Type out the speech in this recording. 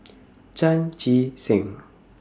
Chan Chee Seng